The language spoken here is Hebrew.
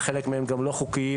וחלק מהם גם לא חוקיים,